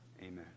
amen